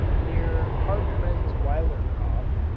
near hartmannsweilerkopf,